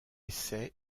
essai